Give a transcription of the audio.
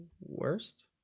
Worst